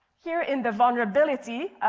here in the vulnerability,